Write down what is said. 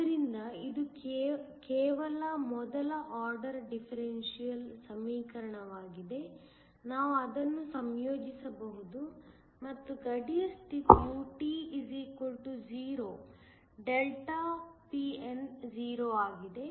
ಆದ್ದರಿಂದ ಇದು ಕೇವಲ ಮೊದಲ ಆರ್ಡರ್ ಡಿಫರೆನ್ಷಿಯಲ್ ಸಮೀಕರಣವಾಗಿದೆ ನಾವು ಅದನ್ನು ಸಂಯೋಜಿಸಬಹುದು ಮತ್ತು ಗಡಿಯ ಸ್ಥಿತಿಯು t 0 ΔPn 0 ಆಗಿದೆ